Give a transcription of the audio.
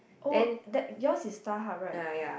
oh that yours is Starhub right